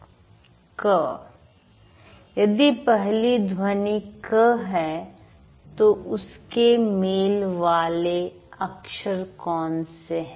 क यदि पहली ध्वनि क है तो उसके मेल वाले अक्षर कौन से हैं